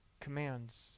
commands